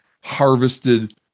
harvested